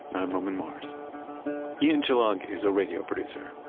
i'm roman mars ian chillag is a radio producer.